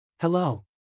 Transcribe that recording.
Hello